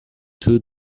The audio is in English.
two